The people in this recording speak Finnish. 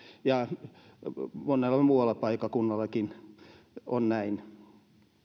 ja monella muullakin paikkakunnalla on näin